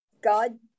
god